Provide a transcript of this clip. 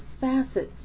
facets